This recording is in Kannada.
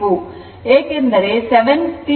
ಏಕೆಂದರೆ 70